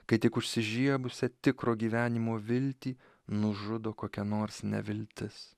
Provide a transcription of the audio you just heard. kai tik užsižiebusią tikro gyvenimo viltį nužudo kokia nors neviltis